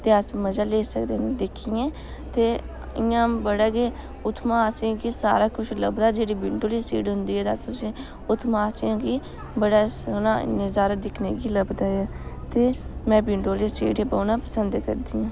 ते अस मज़ा लेई सकदे न दिक्खियै ते इ'यां बड़ा गै उत्थुआं असेंगी सारा कुछ लभदा जेह्ड़ी विंडो आह्ली सीट होंदी ऐ ते अस उत्थुआं असेंगी बड़ा सौह्ना नजारा दिक्खने गी लभदा ऐ ते में विंडो आह्ली सीट पर बौह्ना पंसद करदी आं